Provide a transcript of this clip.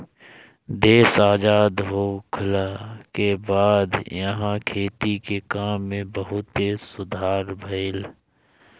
देश आजाद होखला के बाद इहा खेती के काम में बहुते सुधार भईल